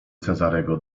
cezarego